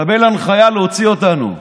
מקבל הנחיה להוציא אותנו,